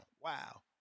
Wow